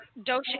dosha